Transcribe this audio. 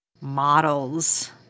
models